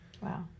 Wow